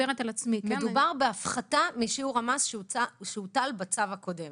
מדובר בהפחתה משיעור המס שהוטל בצו הקודם,